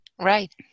Right